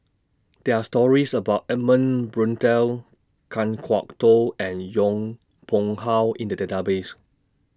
There Are stories about Edmund Blundell Kan Kwok Toh and Yong Pung How in The Database